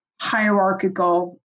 hierarchical